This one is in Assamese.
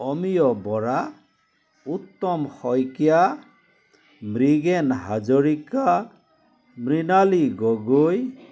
অমিয় বৰা উত্তম শইকীয়া মৃগেন হাজৰিকা মৃণালী গগৈ